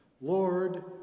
Lord